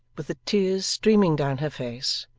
with the tears streaming down her face,